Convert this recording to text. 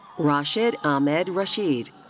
raashid ahmed rashid.